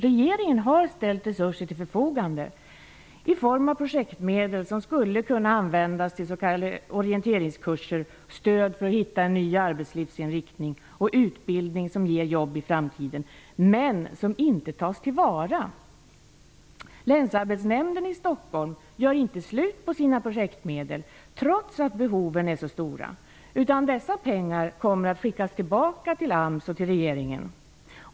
Regeringen har nämligen ställt resurser till förfogande i form av projektmedel som skulle kunna användas till s.k. orienteringskurser, stöd för att hitta en ny arbetslivsinriktning och utbildning som ger jobb i framtiden. Men resurserna tas inte till vara. Länsarbetsnämnden i Stockholm gör inte slut på sina projektmedel, trots att behoven är så stora. I stället kommer pengarna att skickas tillbaka till AMS och regeringen.